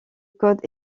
code